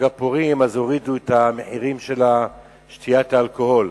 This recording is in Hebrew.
הפורים הורידו את המחירים של שתיית אלכוהול.